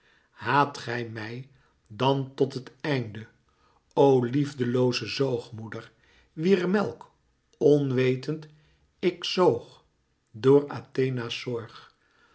haat gij mij dan tot het einde o liefdelooze zoogmoeder wier melk onwetend ik zoog door athena's zorg